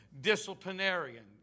disciplinarian